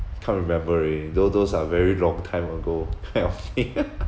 can't remember already tho~ those are very long time ago thing